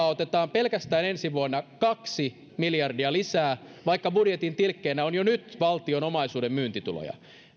pelkästään ensi vuonna kaksi miljardia lisää vaikka budjetin tilkkeenä on jo nyt valtion omaisuuden myyntituloja